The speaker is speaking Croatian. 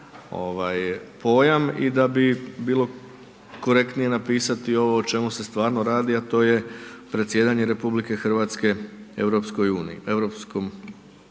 pojam, i da bi bilo korektnije napisati ovo o čemu se stvarno radi, a to je predsjedanje Republike Hrvatske Europskom